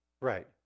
Right